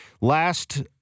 Last